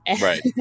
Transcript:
Right